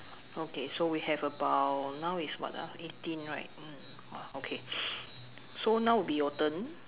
okay so we have about now is what ah eighteen right !wah! okay so now will be your turn